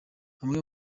amwe